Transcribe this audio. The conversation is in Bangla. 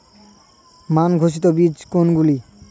মান ঘোষিত বীজ কোনগুলি?